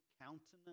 countenance